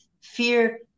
fear